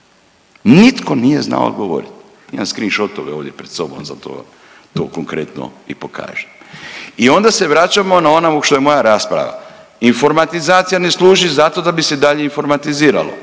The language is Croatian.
Nitko nije znao odgovoriti. Imam screenshot-ove ovdje pred sobom za to, to konkretno i pokažem. I onda se vraćamo na ono u što je moja rasprava, informatizacija ne služi za to da bi se dalje informatiziralo,